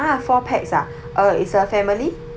ah four pax ah uh is a family